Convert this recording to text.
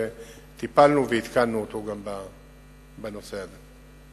וטיפלנו ועדכנו אותו גם בנושא הזה.